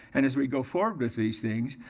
and as we go forward with these things,